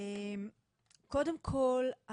קודם כל,